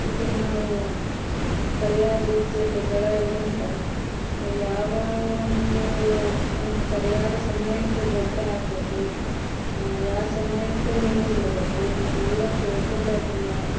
ಇದನ್ನ ನಾವು ಸರಿಯಾದ ರೀತಿಯಲ್ಲಿ ಬೆಳೆಯೋದರಿಂದ ಯಾವ ಒಂದು ಸರಿಯಾದ ಸಮಯಕ್ಕೆ ಗೊಬ್ಬರ ಹಾಕ್ಬೇಕು ಯಾವ ಸಮಯಕ್ಕೆ ನೀರು ಬಿಡ್ಬೇಕು ಇವನ್ನೆಲ್ಲ ತಿಳ್ಕೊಂಡು ಅದ್ನ